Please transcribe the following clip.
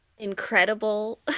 incredible